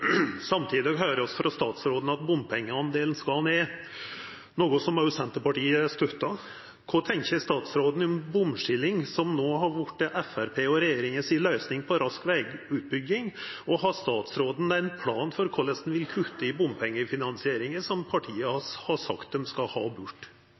Samtidig høyrer vi frå statsråden at bompengedelen skal ned, noko som òg Senterpartiet støttar. Kva tenkjer statsråden om bomskilling, som no har vorte Framstegspartiet og regjeringa si løysing for rask vegutbygging? Har statsråden ein plan for korleis han vil kutta i bompengefinansieringa, som partiet har